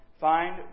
Find